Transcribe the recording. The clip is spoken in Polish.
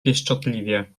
pieszczotliwie